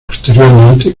posteriormente